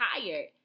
tired